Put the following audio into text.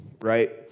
right